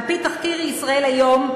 על-פי תחקיר "ישראל היום",